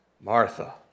Martha